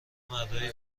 مردای